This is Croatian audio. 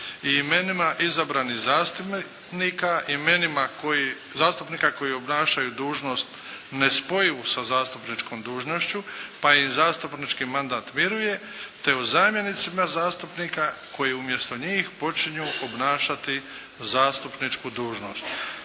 imenima zastupnika koji obnašaju dužnost nespojivu sa zastupničkom dužnošću pa im zastupnički mandat miruje te o zamjenicima zastupnika koji umjesto njih počinju obnašati zastupničku dužnost.